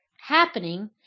happening